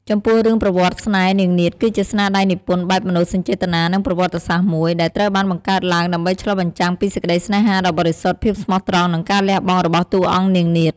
ចំពោះរឿងប្រវត្តិស្នេហ៍នាងនាថគឺជាស្នាដៃនិពន្ធបែបមនោសញ្ចេតនា និងប្រវត្តិសាស្ត្រមួយ ដែលត្រូវបានបង្កើតឡើងដើម្បីឆ្លុះបញ្ចាំងពីសេចក្តីស្នេហាដ៏បរិសុទ្ធ ភាពស្មោះត្រង់ និងការលះបង់របស់តួអង្គនាងនាថ ។